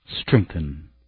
strengthen